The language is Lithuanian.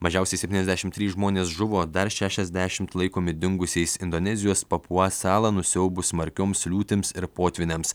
mažiausiai septyniasdešimt trys žmonės žuvo dar šešiasdešimt laikomi dingusiais indonezijos papua salą nusiaubus smarkioms liūtims ir potvyniams